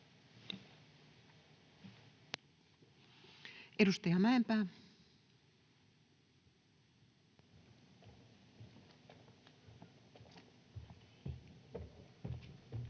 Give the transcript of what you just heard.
Edustaja Mäenpää. [Speech